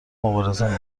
مبارزه